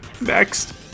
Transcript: Next